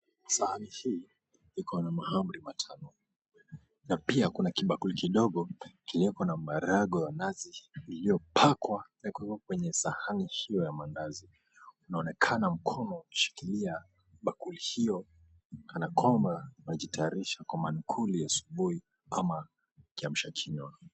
Sahani hii iko na mahamri matano , na pia kuna kibakuli kidogo kilioko na maharagwe ya minazi iliyopakwa na kuwekwa kwenye sahani hiyo ya mandazi. Inaonekana mkono imeshikiliwa bakuli hiyo kana kwamba anajitayarisha kwa mankuli ya asubuhi ama kiamsha kinywa.